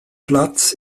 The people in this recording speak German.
platz